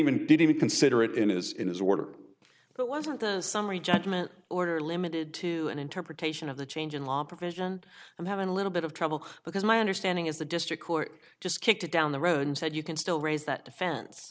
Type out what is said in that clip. even did even consider it in his in his order but wasn't the summary judgment order limited to an interpretation of the change in law provision i'm having a little bit of trouble because my understanding is the district court just kicked it down the road and said you can still raise that defen